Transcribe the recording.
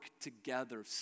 together